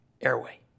airway